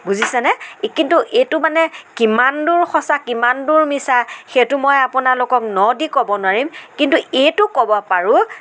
বুজিছেনে কিন্তু এইটো মানে কিমান দূৰ সঁচা কিমান দূৰ মিছা সেইটো মই আপোনালোকক ন দি ক'ব নোৱাৰিম কিন্তু এইটো ক'ব পাৰোঁ